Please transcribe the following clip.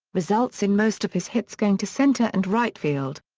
results in most of his hits going to center and right field.